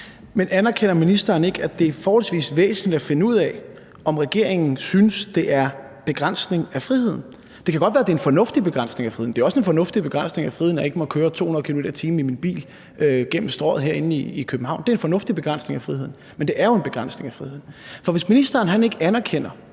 Men anerkender ministeren ikke, at det er forholdsvis væsentligt at finde ud af, om regeringen synes, det er en begrænsning af friheden? Det kan godt være, det er en fornuftig begrænsning af friheden. Det er også en fornuftig begrænsning af friheden, at jeg ikke må køre 200 km/t. i min bil gennem Strøget herinde i København; det er en fornuftig begrænsning af friheden, men det er jo en begrænsning af friheden. Hvis ministeren ikke anerkender,